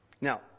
Now